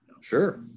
Sure